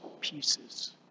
pieces